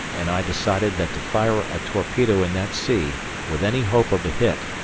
and i decided that to fire a torpedo in that sea with any hope of a hit,